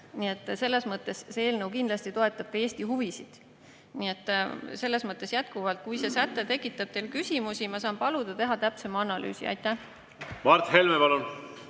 Nii et selles mõttes see eelnõu kindlasti toetab ka Eesti huvisid. Jätkuvalt: kui see säte tekitab teil küsimusi, siis ma saan paluda teha täpsema analüüsi. Aitäh!